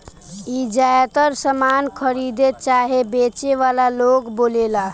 ई ज्यातर सामान खरीदे चाहे बेचे वाला लोग बोलेला